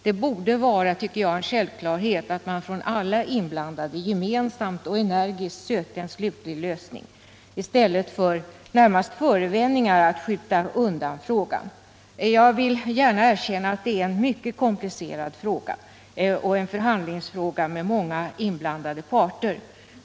Det borde vara, tycker jag, en självklarhet att alla inblandade gemensamt och energiskt sökte en slutlig lösning i stället för vad som närmast är förevändningar för att skjuta undan frågan. Jag vill gärna erkänna att det är en mycket komplicerad fråga, en förhandlingsfråga med många inblandade parter.